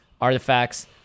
artifacts